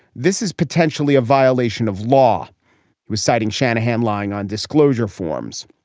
this is potentially a violation of law. he was citing shanahan lying on disclosure forms.